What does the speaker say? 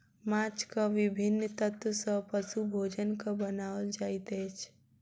माँछक विभिन्न तत्व सॅ पशु भोजनक बनाओल जाइत अछि